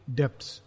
depths